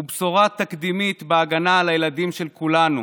הוא בשורה תקדימית בהגנה על הילדים של כולנו.